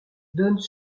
donnent